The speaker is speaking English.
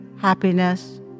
happiness